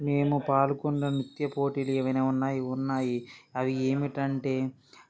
మేము పాల్గొన్న నృత్య పోటీలు ఏమైనా ఉన్నాయి ఉన్నాయి అవి ఏమిటంటే